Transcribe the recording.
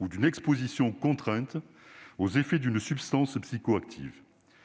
ou d'une exposition contrainte aux effets d'une substance psychoactive.